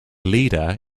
leader